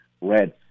reds